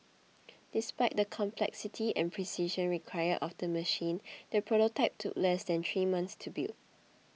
despite the complexity and precision required of the machine the prototype took less than three months to build